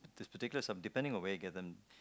this particular sub~ depending on where you get them